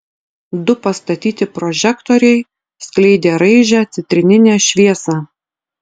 du pastatyti prožektoriai skleidė raižią citrininę šviesą